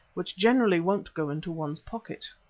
which generally won't go into one's pocket.